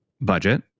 budget